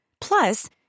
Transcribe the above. Plus